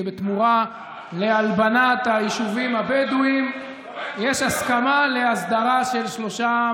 שבתמורה להלבנת היישובים הבדואיים יש הסכמה להסדרה של שלושה,